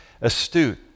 astute